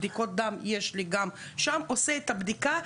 בדיקות דם יש לי גם שם עושה את הבדיקה,